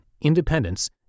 independence